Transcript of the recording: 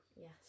Yes